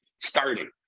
starting